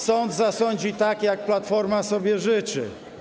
Sąd zasądzi tak, jak Platforma sobie życzy.